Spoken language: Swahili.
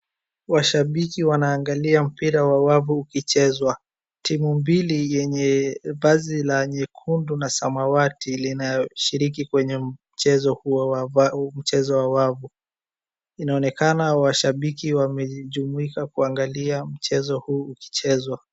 Washabiki wanaangalia mpira wa wavu ukichezwa timu mbili yenye vazi ya nyekundu na samawati linaloshilikisha ligi kwenye mchezo huyo wa waavu inaonekana mashabiki wamejijumuika kuangalia mchezo huu ukichezwa.